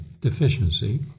deficiency